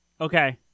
Okay